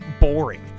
boring